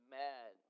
mad